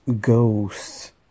Ghosts